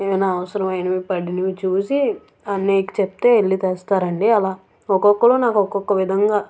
ఏమయినా అవసరమయినవి పడినవి చూసి అన్నయ్యకి చెప్తే వెళ్ళి తెస్తారండి అలా ఒకొక్కరు నాకొకొక్క విధంగా